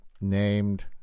named